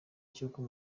cy’uko